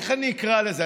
איך אני אקרא לזה?